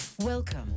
Welcome